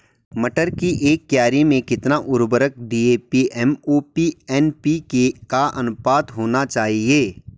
मटर की एक क्यारी में कितना उर्वरक डी.ए.पी एम.ओ.पी एन.पी.के का अनुपात होना चाहिए?